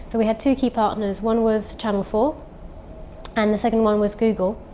so we had two key partners, one was channel four and the second one was google.